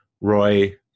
Roy